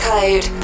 Code